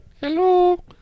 Hello